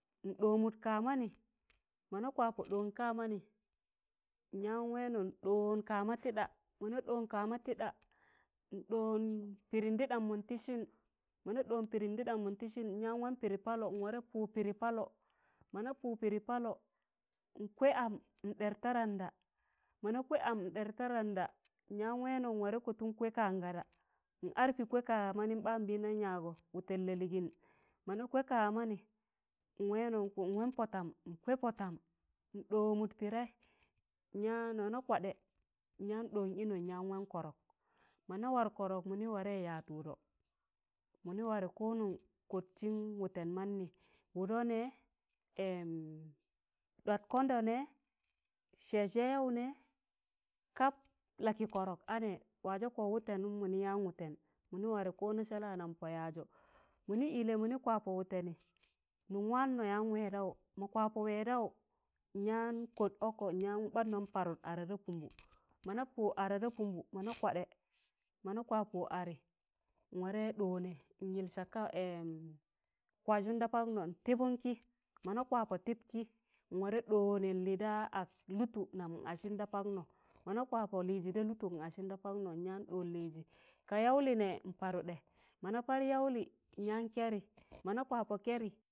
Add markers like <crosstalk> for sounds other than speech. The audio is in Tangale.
Ndonụd ka manị mọna kwapọ ɗọọn kamanị nyan wẹnọ nḍọọn kama tịḍa nḍọọn pịịdịn dịɗam mọn tịsịn, mọna ɗọọn pịdịm mọn tịsịn mọna ɗọọn pịdịm dịdam mọn tịsịn nyam waan pịdị paalọ nwarẹ pụd pịdị paalọ mọna pụd pịdị paalọ, n'gwaị am n'ɗẹr ta randa mona kwe am n ɗer ta randa nyan wẹẹnọ nwarẹ kọtụn kwe kangada n ad pị gwaị ka manịm ɓaan nbịndam yaagọ wụtẹn lalịịn mọna kwe kamanị nwẹẹnọ nwẹẹn pọ tam ndọmụd piidẹị nyanọ mọna kwadẹ nyan ɗọọn ịnọ nyan waan kọrọk mọna war kọrọk mịnị warẹ yaịz wụdọ mịnị warẹ konon kọt sịn wụtẹn maanị wụdọ nẹ <hesitation> ḍwat kọndọ nẹ, sẹẹj yauyaụ nẹ, kab lakị kọrọk a nẹ, waazẹ kọd wụtẹnụm mini yan wụtẹn mini warẹ ko anajẹla nam pọ yaịzọ mịnị ịlẹ mịnị kwa pọ wụtẹnị nụm waanọ yaan wẹẹdọụ ma kwapọ wẹẹdọụ nyan kọt ọkọ nyam ɓarnọn parụt ara da pụmbụ mọna pọd ara da pụmbụ mọna kwadẹ mọna kwa pọd arịị nwarẹ dọọnẹ nyịl sakam <hesitation> kwazụm da pak nọ n'tịbụn kị mọna kwa pọ tịb kị nwarẹ dọọnẹ nlịda ag lụtụ nam n'asin da paaknọ mọna kwapọ lịịzị da lụtụm n'asịn da paakịn nyan dọọn lịịzị ka yaụlị yaụlị nyan kẹẹrị mọna kwapọ kẹẹrị.